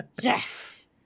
Yes